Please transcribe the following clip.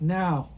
now